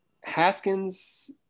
Haskins